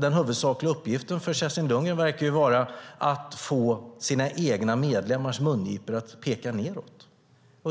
Den huvudsakliga uppgiften för Kerstin Lundgren verkar vara att få sina egna partimedlemmars mungipor att peka nedåt.